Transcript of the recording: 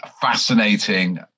fascinating